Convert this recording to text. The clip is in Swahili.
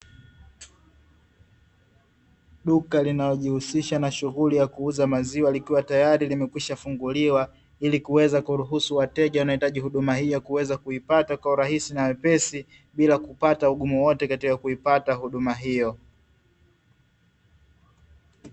Duka linalojihusisha na shughuli ya kuuza maziwa, likiwa tayari limekwisha funguliwa, ili kuweza kuruhusu wateja wanaohitaji huduma hiyo kuweza kuipata kwa urahisi na wepesi bila kupata ugumu wowote katika kuipata huduma hiyo.